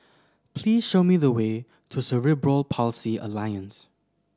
please show me the way to Cerebral Palsy Alliance